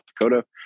Dakota